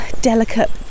delicate